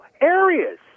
areas